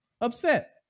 upset